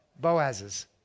Boaz's